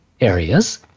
areas